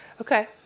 Okay